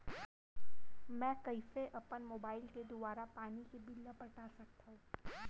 मैं कइसे अपन मोबाइल के दुवारा पानी के बिल ल पटा सकथव?